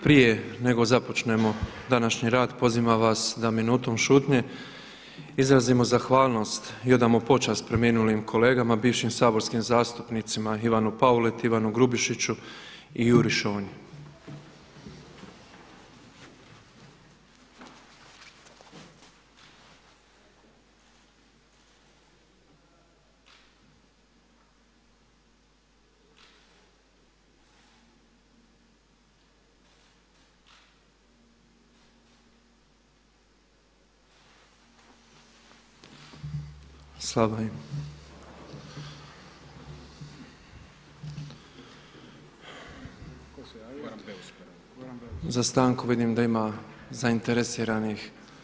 Prije nego započnemo današnji rad pozivam vas da minutom šutnje izrazimo zahvalnost i odamo počast preminulim kolegama, bivšim saborskim zastupnicima Ivanu Pauleti, Ivanu Grubišiću i Juri Šonji. - Minuta šutnje –- Slava im! – Za stanku vidim da ima zainteresiranih.